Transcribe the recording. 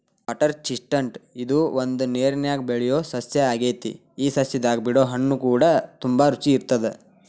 water chestnut ಇದು ಒಂದು ನೇರನ್ಯಾಗ ಬೆಳಿಯೊ ಸಸ್ಯ ಆಗೆತಿ ಈ ಸಸ್ಯದಾಗ ಬಿಡೊ ಹಣ್ಣುಕೂಡ ತುಂಬಾ ರುಚಿ ಇರತ್ತದ